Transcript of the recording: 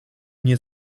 nie